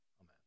Amen